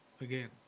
again